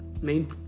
main